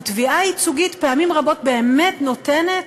ותביעה ייצוגית פעמים רבות באמת נותנת